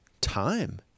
time